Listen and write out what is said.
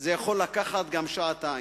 זה יכול לקחת גם שעתיים.